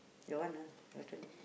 your one ah your turn